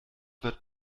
wird